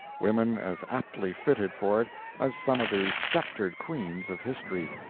women as aptly fitted for it as some of the sceptred queens of history.